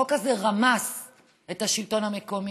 החוק הזה רמס את השלטון המקומי,